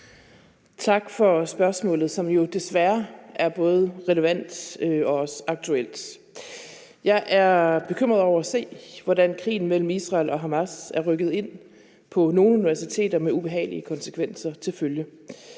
Tak for spørgsmålet, som jo desværre er både relevant og også aktuelt. Jeg er bekymret over at se, hvordan krigen mellem Israel og Hamas er rykket ind på nogle universiteter med ubehagelige konsekvenser til følge.